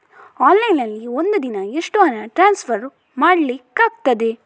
Online ನಲ್ಲಿ ಒಂದು ದಿನ ಎಷ್ಟು ಹಣ ಟ್ರಾನ್ಸ್ಫರ್ ಮಾಡ್ಲಿಕ್ಕಾಗ್ತದೆ?